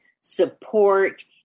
Support